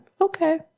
Okay